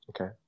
Okay